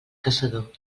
caçador